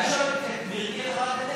גברתי חברת הכנסת,